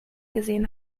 gesehen